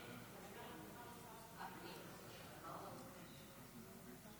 אני קובע כי הצעת חוק העונשין (תיקון,